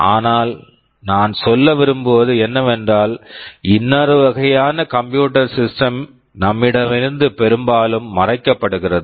ஆனால் நான் சொல்ல விரும்புவது என்னவென்றால் இன்னொரு வகையான கம்ப்யூட்டர் சிஸ்டம் computer system நம்மிடமிருந்து பெரும்பாலும் மறைக்கப் படுகிறது